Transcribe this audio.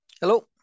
Hello